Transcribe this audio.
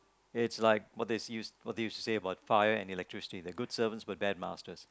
it's like what they see you what do you say about fire and electricity they are good service and last us